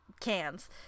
cans